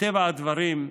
מטבע הדברים,